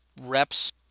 reps